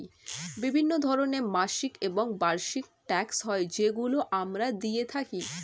বিভিন্ন ধরনের মাসিক এবং বার্ষিক ট্যাক্স হয় যেগুলো আমরা দিয়ে থাকি